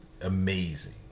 amazing